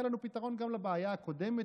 היה לנו פתרון גם לבעיה הקודמת,